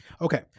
Okay